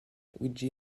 luigi